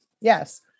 Yes